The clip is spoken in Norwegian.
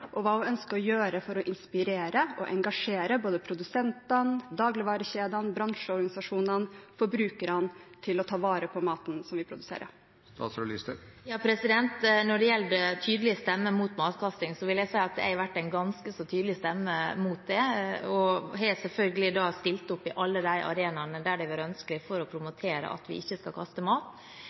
og hva hun ønsker å gjøre for å inspirere og engasjere både produsentene, dagligvarekjedene, bransjeorganisasjonene og forbrukerne til å ta vare på maten som vi produserer. Når det gjelder tydelige stemmer mot matkasting, vil jeg si at jeg har vært en ganske så tydelig stemme mot det, og jeg har selvfølgelig stilt opp i alle de arenaene der det har vært ønskelig, for å promotere at vi ikke skal kaste mat.